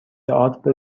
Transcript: تئاتر